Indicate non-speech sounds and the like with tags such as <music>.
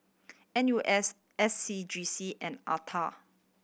N U S S C G C and <unintelligible>